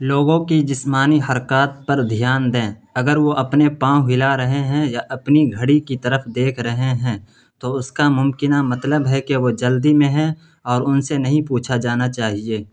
لوگوں کی جسمانی حرکات پر دھیان دیں اگر وہ اپنے پاؤں ہلا رہے ہیں یا اپنی گھڑی کی طرف دیکھ رہے ہیں تو اس کا ممکنہ مطلب ہے کہ وہ جلدی میں ہیں اور ان سے نہیں پوچھا جانا چاہیے